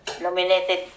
nominated